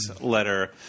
letter